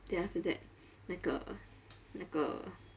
then after that 那个那个